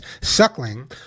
suckling